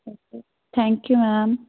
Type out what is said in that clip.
thank you ma'am